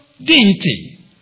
deity